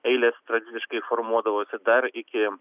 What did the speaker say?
eilės tradiciškai formuodavosi dar iki